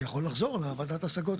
זה יכול לחזור לוועדת השגות שוב.